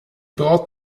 braut